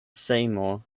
seymour